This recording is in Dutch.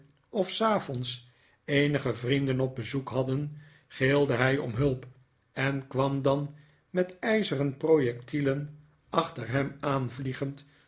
of s avonds eenige vrienden op bezoek hadden gilde hij om hulp en kwam dan met ijzeren projectielen achter hem aan vliegend